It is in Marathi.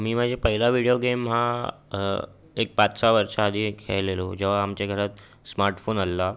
मी म्हणजे पहिला विडिओ गेम हा एक पाचसहा वर्ष आधी खेळलेलो जेव्हा आमच्या घरात स्मार्टफोन आलेला